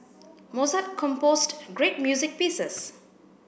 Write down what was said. Mozart composed great music pieces